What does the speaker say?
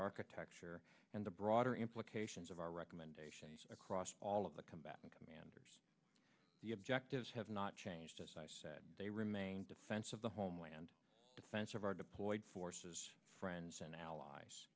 architecture and the broader implications of our recommendations across all of the combatant commanders the objectives have not changed as i said they remain defense of the homeland defense of our deployed forces friends and allies